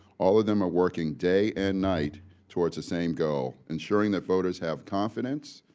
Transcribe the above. all of them are working day and night towards the same goal ensuring that voters have confidence,